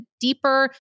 deeper